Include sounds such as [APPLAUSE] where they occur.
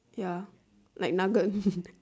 ya like nugget [LAUGHS]